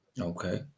Okay